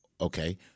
Okay